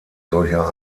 solcher